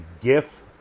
gif